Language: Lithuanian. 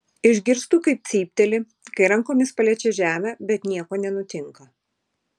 išgirstu kaip cypteli kai rankomis paliečia žemę bet nieko nenutinka